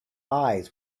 eyes